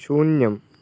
शून्यम्